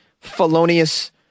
felonious